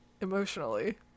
Emotionally